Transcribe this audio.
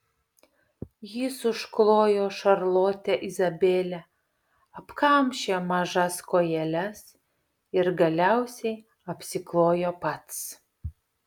jis užklojo šarlotę izabelę apkamšė mažas kojeles ir galiausiai apsiklojo pats